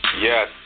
yes